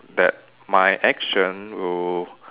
that my action will